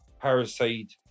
parasite